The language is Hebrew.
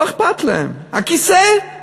לא אכפת להם, הכיסא,